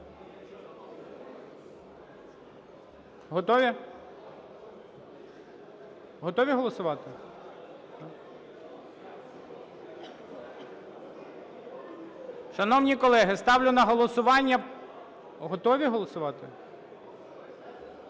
Готові? Готові голосувати? Шановні колеги, ставлю на голосування… Готові голосувати?